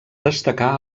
destacar